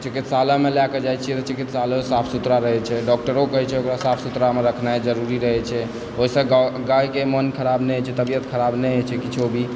चिकित्सालयमे लएके जाइत छी ओ चिकित्सालय साफ सुथड़ा रहय छै डॉक्टरो कहैत छै ओकरा साफ सुथड़ामे रखनाइ जरुरी रहय छै ओहिसँ गैके मन खराब नहि होइत छै तबियत खराब नहि होइत छै किछु भी